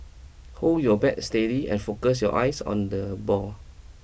hold your bat steady and focus your eyes on the ball